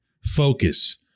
focus